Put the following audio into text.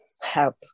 help